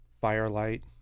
Firelight